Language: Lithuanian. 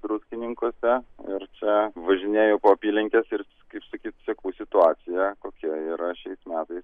druskininkuose ir čia važinėju po apylinkes ir kaip sakyt seku situaciją kokia yra šiais metais